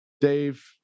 Dave